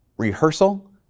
Rehearsal